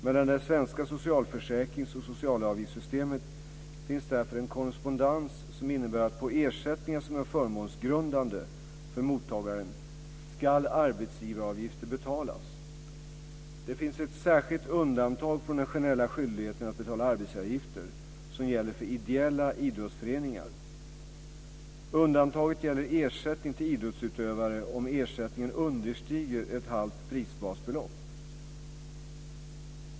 Mellan det svenska socialförsäkrings och socialavgiftssystemet finns därför en korrespondens som innebär att på ersättningar som är förmånsgrundande för mottagaren ska arbetsgivaravgifter betalas. Det finns ett särskilt undantag från den generella skyldigheten att betala arbetsgivaravgifter som gäller för ideella idrottsföreningar. Undantaget gäller ersättning till idrottsutövare om ersättningen understiger ett halvt prisbasbelopp.